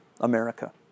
America